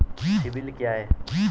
CIBIL क्या है?